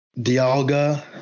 Dialga